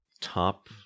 Top